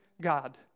God